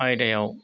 आयदायाव